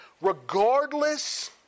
regardless